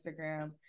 Instagram